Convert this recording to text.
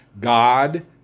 God